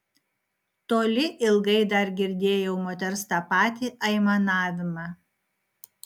toli ilgai dar girdėjau moters tą patį aimanavimą